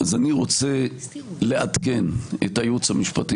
אז אני רוצה לעדכן את הייעוץ המשפטי